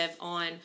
on